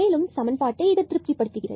மேலும் சமன்பாட்டை திருப்தி படுத்துகிறது